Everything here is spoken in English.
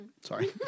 Sorry